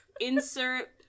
insert